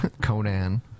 Conan